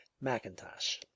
Macintosh